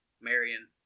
Marion